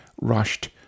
rushed